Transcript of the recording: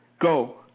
go